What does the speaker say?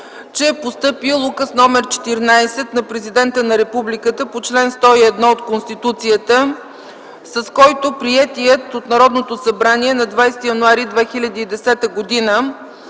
че е постъпил Указ № 14 на Президента на републиката по чл. 101 от Конституцията, с който приетият от Народното събрание на 20 януари 2010 г.